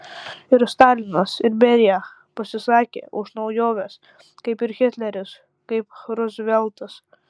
ir stalinas ir berija pasisakė už naujoves kaip ir hitleris kaip ruzveltas